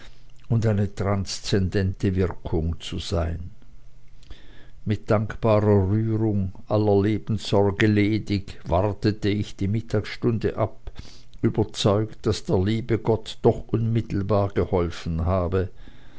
und eine transzendente wirkung zu sein mit dankbarer rührung aller lebenssorge ledig wartete ich die mittagsstunde ab überzeugt daß der liebe gott doch unmittelbar geholfen habe